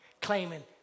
claiming